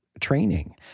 training